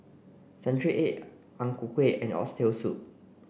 Century Egg Ang Ku Kueh and oxtail soup